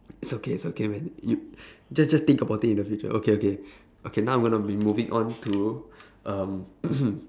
it's okay it's okay man you just just think about it in the future okay okay okay now I'm going to be moving on to um